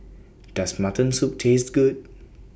Does Mutton Soup Taste Good